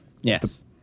Yes